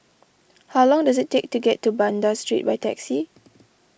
how long does it take to get to Banda Street by taxi